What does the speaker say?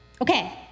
Okay